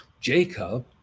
Jacob